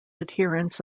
adherents